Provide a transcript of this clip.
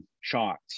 shots